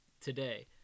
today